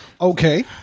Okay